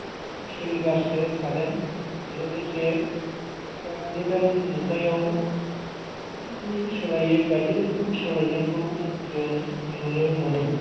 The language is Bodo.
सोलिगासिनो थादों लोगोसे दा गोदान मुगायाव बेबायदि सोलायै बायदि रोखोम सोलायनायखौ जों नुनो मोनो